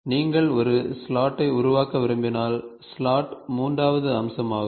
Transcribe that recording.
நீங்கள் ஒரு ஸ்லாட்டை உருவாக்க விரும்பினால் ஸ்லாட் மூன்றாவது அம்சமாகும்